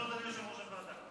יושב-ראש הוועדה.